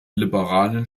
liberalen